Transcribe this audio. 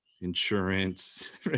insurance